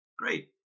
Great